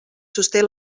sosté